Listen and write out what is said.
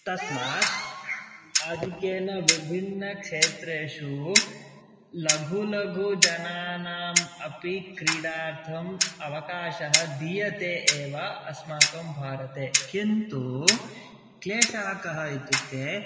तस्मात् आधिक्येन विभिन्नक्षेत्रेषु लघु लघु जनानाम् अपि क्रीडार्थम् अवकाशः दीयते एव अस्माकं भारते किन्तु क्लेशः कः इत्युक्ते